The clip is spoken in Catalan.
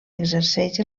exerceix